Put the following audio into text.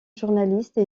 journaliste